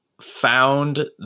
found